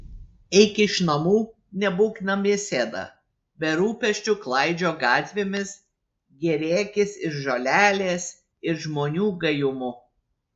eik iš namų nebūk namisėda be rūpesčių klaidžiok gatvėmis gėrėkis ir žolelės ir žmonių gajumu